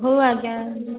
ହେଉ ଆଜ୍ଞା